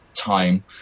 time